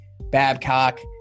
Babcock